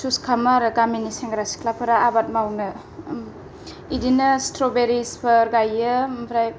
चुछ खालामो आरो गामिनि सेंग्रा सिख्लाफोरा आबाद मावनो इदिनो स्ट्रबेरिसफोर गायो आमफ्राय